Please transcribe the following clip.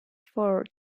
forth